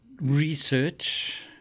research